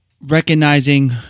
recognizing